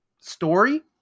story